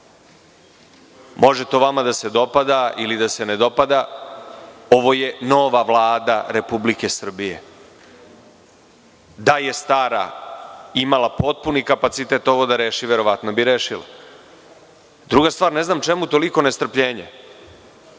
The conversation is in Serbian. Može to vama da se dopada ili da se ne dopada, ovo je nova Vlada Republike Srbije. Da je stara imala potpuni kapacitet ovo da reši, verovatno bi rešila. Druga stvar, ne znam čemu toliko nestrpljenje.